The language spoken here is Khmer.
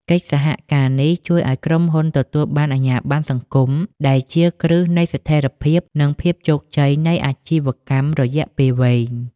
កិច្ចសហការនេះជួយឱ្យក្រុមហ៊ុនទទួលបានអាជ្ញាប័ណ្ណសង្គម ដែលជាគ្រឹះនៃស្ថិរភាព និងភាពជោគជ័យនៃអាជីវកម្មរយៈពេលវែង។